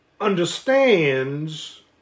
understands